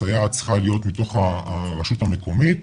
הסייעת צריכה להיות מתוך הרשות המקומית.